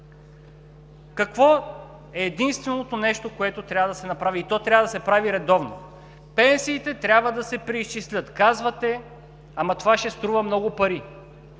Какво е единственото нещо, което трябва да се направи, и то трябва да се прави редовно? Пенсиите трябва да се преизчислят. Казвате: „Ама това ще струва много пари!“